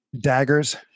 daggers